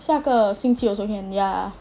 下个星期 also can ya